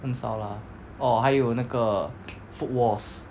很少啦 orh 还有那个 food wars